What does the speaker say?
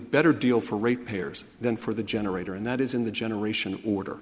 better deal for ratepayers than for the generator and that is in the generation order